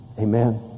Amen